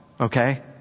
okay